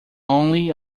only